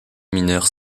mineurs